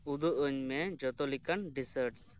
ᱩᱫᱩᱜ ᱟᱹᱧᱢᱮ ᱡᱚᱛᱚ ᱞᱮᱠᱟᱱ ᱰᱮᱥᱟᱨᱴ